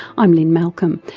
i'm lynne malcolm.